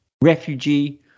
refugee